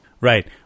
Right